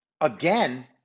Again